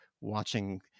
watching